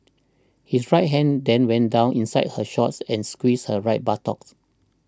his right hand then went down inside her shorts and he squeezed her right buttocks